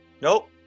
Nope